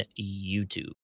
YouTube